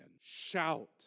Shout